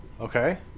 Okay